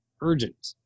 urgent